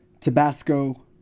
Tabasco